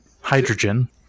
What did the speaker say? Hydrogen